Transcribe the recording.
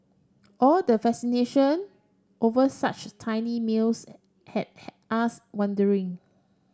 all the fascination over such tiny meals had us wondering